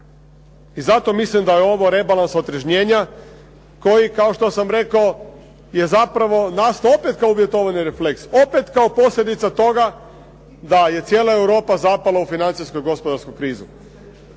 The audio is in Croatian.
I zato mislim da je ovo rebalans otrežnjenja koji kao što sam rekao je zapravo nas to opet kao uvjetovani refleks, opet kao posljedica toga da je cijela Europa zapala u financijsku i gospodarsku krizu.